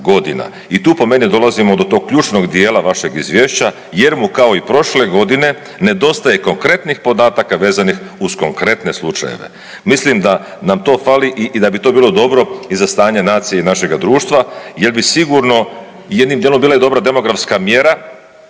I tu po meni dolazimo do tog ključnog dijela vašeg izvješća, jer kao i prošle godine nedostaje konkretnih podataka vezanih uz konkretne slučajeve. Mislim da nam to fali i da bi to bilo dobro i za stanje nacije i našega društva, jer bi sigurno jednim dijelom bila i dobra Demografska mjera